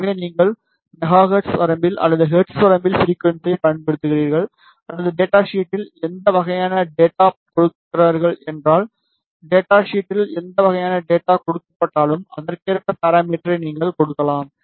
எனவே நீங்கள் MHz வரம்பில் அல்லது Hz வரம்பில் ஃபிரிக்குவன்சியை பயன்படுத்துகிறீர்கள் அல்லது டேட்டா ஷீட்டில் எந்த வகையான டேட்டா கொடுக்கப்படுகிறீர்கள் என்றால் டேட்டா ஷீட்டில் எந்த வகையான டேட்டா கொடுக்கப்பட்டாலும் அதற்கேற்ப பாராமீட்டரை நீங்கள் கொடுக்கலாம்